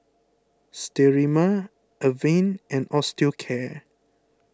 Sterimar Avene and Osteocare